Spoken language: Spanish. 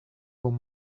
con